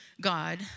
God